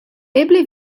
eble